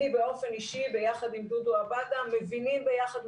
אני באופן אישי ביחד דודו עבאדא מבינים ביחד,